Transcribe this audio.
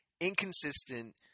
inconsistent